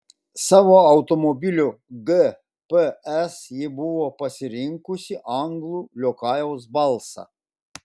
savo automobilio gps ji buvo pasirinkusi anglų liokajaus balsą